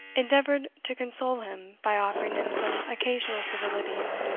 endeavoured to console him by offering him some occasional civilities.